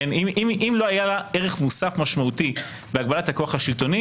אם לא היה לה ערך מוסף משמעותי בהגבלת הכוח השלטוני